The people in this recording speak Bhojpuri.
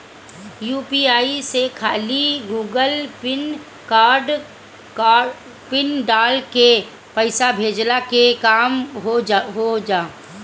यू.पी.आई में खाली गूगल पिन डाल के पईसा भेजला के काम हो होजा